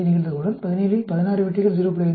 5 நிகழ்தகவுடன் 17 இல் 16 வெற்றிகள் 0